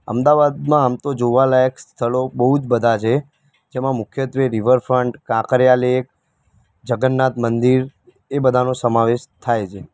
અમદાવાદમાં આમ તો જોવાલાયક સ્થળો બહુ જ બધા છે જેમાં મુખ્યત્ત્વે રિવરફ્રન્ટ કાંકરિયા લેક જગન્નાથ મંદિર એ બધાનો સમાવેશ થાય છે